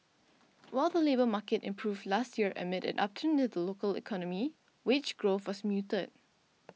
while the labour market improved last year amid an upturn in the local economy wage growth was muted